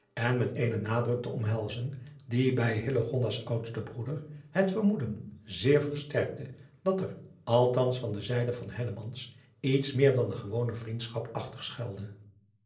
en met eenen nadruk te omhelzen die bij s oudsten broeder het vermoeden zeer versterkte dat er althans van de zijde van iets meer dan de gewone vriendschap achter schuilde